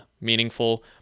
meaningful